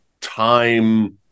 time